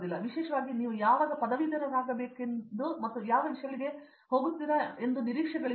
ಆದ್ದರಿಂದ ವಿಶೇಷವಾಗಿ ನೀವು ಯಾವಾಗ ಪದವೀಧರರಾಗಬೇಕೆಂದು ಮತ್ತು ಎಲ್ಲ ವಿಷಯಗಳಿಗೆ ಹೋಗುತ್ತೀರಾ ಎಂದು ನಿರೀಕ್ಷೆಗಳಿಲ್ಲ